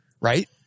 Right